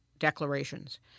declarations